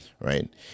right